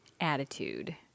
attitude